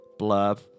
blurb